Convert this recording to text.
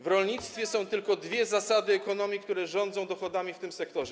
W rolnictwie są tylko dwie zasady ekonomii, które rządzą dochodami w tym sektorze.